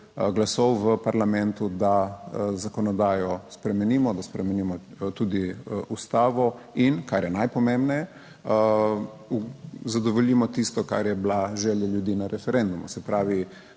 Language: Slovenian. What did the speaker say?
glasov v parlamentu, da zakonodajo spremenimo, da spremenimo tudi Ustavo in, kar je najpomembneje, zadovoljimo tisto, kar je bila želja ljudi na referendumu. Se pravi,